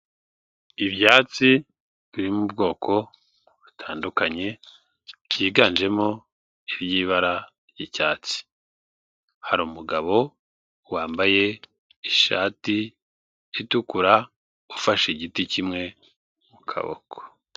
Ibyatsi biri mu bwoko butandukanye byiganjemo iby'ibara ry'icyatsi, hari umugabo wambaye ishati itukura ufashe igiti kimwe mu kaboko.